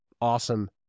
awesome